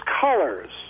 colors